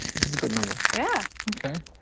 which is a good number. yeah. ok.